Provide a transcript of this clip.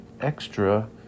extra